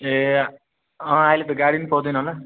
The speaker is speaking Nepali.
ए अँ अहिले त गाडी पनि पाउँदैन होला